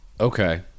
Okay